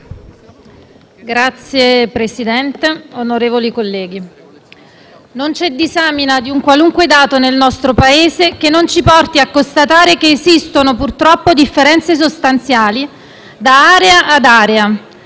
Signor Presidente, onorevoli colleghi, non c'è disamina di un qualunque dato nel nostro Paese che non ci porti a constatare che esistono, purtroppo, differenze sostanziali da area ad area